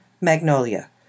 Magnolia